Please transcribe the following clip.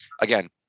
again